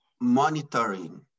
monitoring